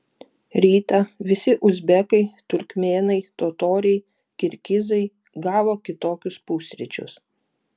rytą visi uzbekai turkmėnai totoriai kirgizai gavo kitokius pusryčius